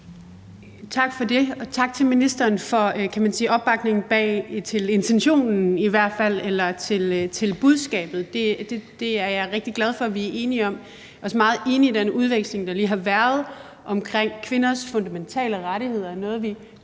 Tak for det. Og tak til ministeren for i hvert fald opbakningen til intentionen eller til budskabet, kan man sige. Det er jeg rigtig glad for at vi er enige om. Jeg er også meget enig i den ordveksling, der lige har været omkring kvinders fundamentale rettigheder;